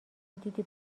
دیدی